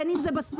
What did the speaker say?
בין אם זה בסופר,